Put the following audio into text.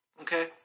okay